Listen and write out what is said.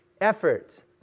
efforts